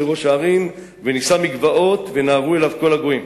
בראש ההרים ונשא מגבעות ונהרו אליו כל הגויים".